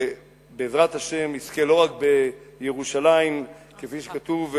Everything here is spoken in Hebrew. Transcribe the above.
בעזרת השם, יזכה לא רק בירושלים, כפי שכתוב,